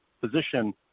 position